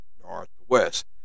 Northwest